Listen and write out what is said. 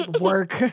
Work